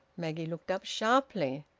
maggie looked up sharply.